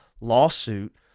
lawsuit